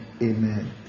Amen